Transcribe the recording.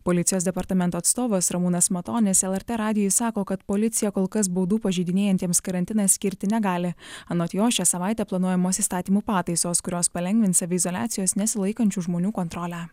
policijos departamento atstovas ramūnas matonis lrt radijui sako kad policija kol kas baudų pažeidinėjantiems karantiną skirti negali anot jo šią savaitę planuojamos įstatymų pataisos kurios palengvins saviizoliacijos nesilaikančių žmonių kontrolę